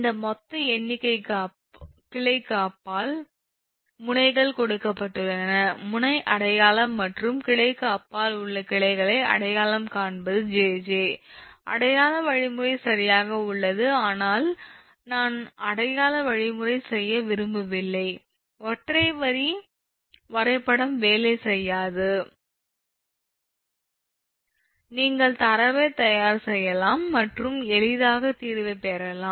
இந்த மொத்த எண்ணிற்கு கிளைக்கு அப்பால் முனைகள் கொடுக்கப்பட்டுள்ளன முனை அடையாளம் மற்றும் கிளைக்கு அப்பால் உள்ள கிளைகளை அடையாளம் காண்பது 𝑗𝑗 அடையாள வழிமுறை சரியாக உள்ளது ஆனால் நான் அடையாள வழிமுறை செய்ய விரும்பவில்லை ஒற்றை வரி வரைபடம் வேலை செய்யாது நீங்கள் தரவை தயார் செய்யலாம் மற்றும் எளிதாக தீர்வைப் பெறலாம்